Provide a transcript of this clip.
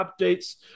updates